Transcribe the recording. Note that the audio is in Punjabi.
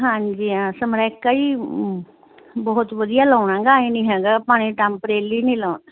ਹਾਂਜੀ ਹੈ ਸਮਰੈਕਾਂ ਹੀ ਬਹੁਤ ਵਧੀਆ ਲਾਉਣਾ ਹੈਗਾ ਐਂਉਂ ਨਹੀਂ ਹੈਗਾ ਆਪਾਂ ਨੇ ਟੈਂਪਰੇਲੀ ਨਹੀਂ ਲਾਉਣਾ